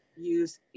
use